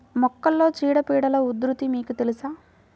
మొక్కలలో చీడపీడల ఉధృతి మీకు తెలుసా?